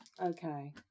okay